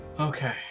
Okay